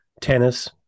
tennis